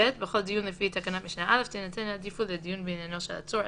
(ב)בכל דיון לפי תקנת משנה (א) תינתן עדיפות לדיון בעניינו של עצור,